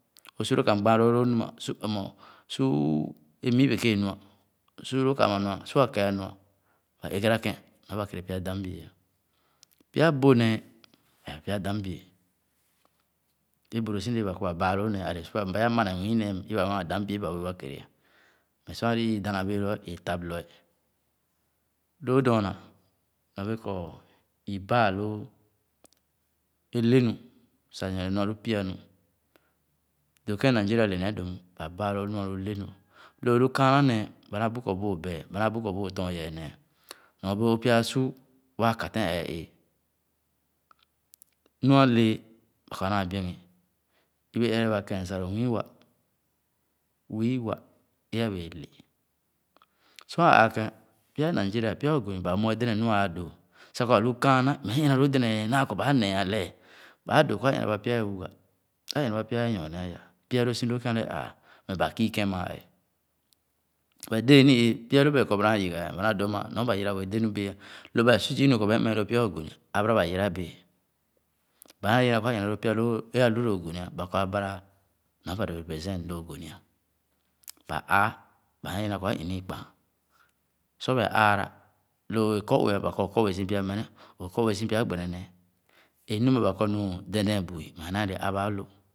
O'su lo ka'm gbãn loo lo nu ma, su omo', su é mii-beke nua, o'su lõõ ka ama nua, su a'kɛa nua, ba egara kẽn, ee ba kérè pya dam'bie. Pya bõh néè, ee pya dam'bie, é bu loo si de͂e͂ ba kɔ ba baa lõõ néé or pya maneh nwii néé'm, yibe abà ama dam'bie ba we͂e͂ wa kérè. Meh sar alii ii dãn na be͂e͂ lõõ i'tãp lu'e Lõõ dɔɔna, nyorbee kɔ, i'baalõõ é le nu sah nyorne nu a'lu pyà nu. Dõõ kẽn Nigeria le nee dõ'm, ba baa lõõ nu alu le nu. Lo o'lu kaanà néé ba naa bu kɔ bu o'bɛɛ, ba naa bu kɔ bu o'lɔ̃ɔ̃n yɛɛ néé nɔ be͂e͂ o'pya su wa ákàtɛn ɛɛ-e͂e͂. Nu a'lee ba kɔ a'naa bien ghi. I be͂e͂ ere ba ken Saro-Wiwa, wiiwa, é abe͂e͂ le. Sor ã aa'kẽn, pya Nigeria, pya Ogoni ba mue yibe nu aa be͂e͂ dõõ sah kɔ a'lu kaana meh é ina lõõ dɛdɛɛn néé, naa kɔ ba aneh alɛ'a. Baa dõõ kɔ a' inaba pya ye wuga, iñaba pya ye nyorne ayà, pya lõ si loo kén alɛ aa meh ba kü kẽn maa ɛɛ. But de͂e͂ ni-éé pya lõõ ba be͂e͂ kɔ ba naa yiga'e, ba nãã dõ amà nɔ ba yira be͂e͂ dé nu be͂e͂'a. Lõ ba be͂e͂ su zii'inu kɔ ba mmeh lõõ pya Ogoni, a'laba ba yire be͂e͂. Ba nãã yiga na kɔ ã ina lõõ pya lõõ, é alu lõ Ogoni ã; ba kɔ a'laba nɔ ba dõõ represent lõ Ogoni ã. Ba aa, ba nee yiga kɔ a'ina i'kpããn. Sor ba'e aarà, lo o'bee kɔ-ue, ba kɔ o'kɔ ue si pya mene, o'kɔ-ue si pya gbene néé. É nu'm ba kɔ nu dɛdɛ̃ɛ̃n bui meh a'inaa le abà lõ